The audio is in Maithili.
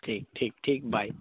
ठीक ठीक ठीक बाय